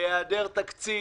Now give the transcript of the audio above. בהיעדר תקציב